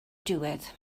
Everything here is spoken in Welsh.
diwedd